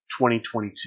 2022